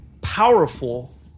powerful